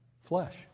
Flesh